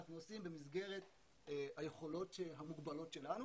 אנחנו עושים במסגרת היכולות המוגבלות שלנו